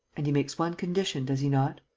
and he makes one condition, does he not?